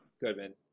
Goodman